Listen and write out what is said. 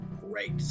great